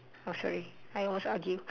oh sorry I always argue